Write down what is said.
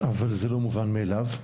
אבל זה לא מובן מאליו.